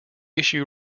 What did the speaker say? issue